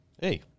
Hey